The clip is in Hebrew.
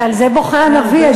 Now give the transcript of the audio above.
על זה בוכה הנביא.